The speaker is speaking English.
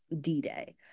d-day